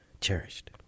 cherished